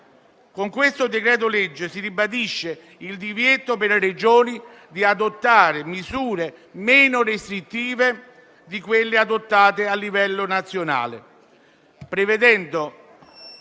Con il provvedimento in esame si ribadisce il divieto per le Regioni di adottare misure meno restrittive di quelle adottate a livello nazionale,